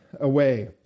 away